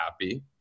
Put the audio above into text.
happy